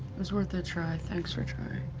was worth a try, thanks for trying.